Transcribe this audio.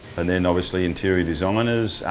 and then obviously interior designers,